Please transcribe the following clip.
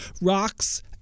rocks